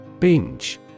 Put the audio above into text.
Binge